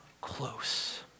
close